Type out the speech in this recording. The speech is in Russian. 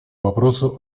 вопросу